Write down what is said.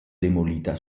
demolita